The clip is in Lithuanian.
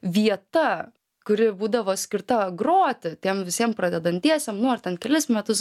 vieta kuri būdavo skirta groti tiem visiem pradedantiesiem nu ar ten kelis metus